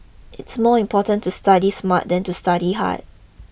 it's more important to study smart than to study hard